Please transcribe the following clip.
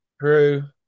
True